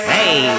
Hey